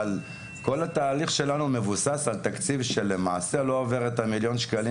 אבל כל התהליך שלנו מבוסס על תקציב שלמעשה לא עובר את המיליון שקלים